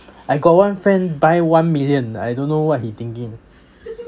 I got one friend buy one million I don't know what he thinking